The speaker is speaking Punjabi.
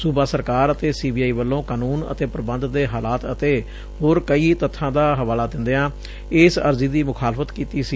ਸੁਬਾ ਸਰਕਾਰ ਅਤੇ ਸੀ ਬੀ ਆਈ ਵੱਲੋਂ ਕਾਨੂੰਨ ਅਤੇ ਪ੍ਰਬੰਧ ਦੇ ਹਲਾਤ ਅਤੇ ਹੋਰ ਕਈ ਤੱਬਾਂ ਦਾ ਹਵਾਲਾ ਦਿੰਦਿਆਂ ਇਸ ਅਰਜ਼ੀ ਦੀ ਮੁਖਾਲਫਤ ਕੀਤੀ ਸੀ